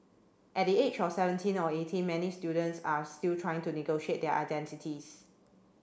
at the age of seventeen or eighteen many students are still trying to negotiate their identities